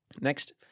Next